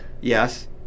yes